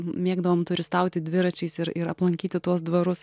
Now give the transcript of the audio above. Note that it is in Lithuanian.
mėgdavom turistauti dviračiais ir ir aplankyti tuos dvarus